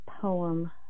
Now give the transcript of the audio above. poem